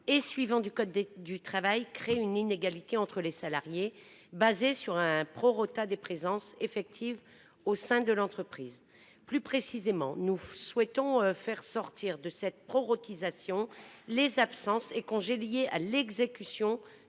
et suivants du code du travail crée une inégalité entre les salariés fondée sur un prorata des présences effectives au sein de l’entreprise. Plus précisément, nous souhaitons faire sortir de cette proratisation les absences et congés liés à l’exécution